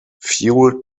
fuel